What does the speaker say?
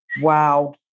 Wow